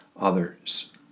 others